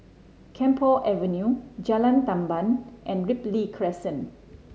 Camphor Avenue Jalan Tamban and Ripley Crescent